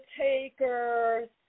takers